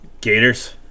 Gators